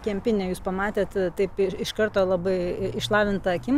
kempinė jūs pamatėt taip ir iš karto labai išlavinta akimi